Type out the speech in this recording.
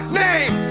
name